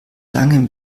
langem